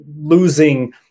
losing